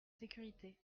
sécurité